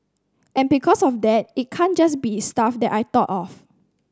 and because of that it can't just be stuff that I thought of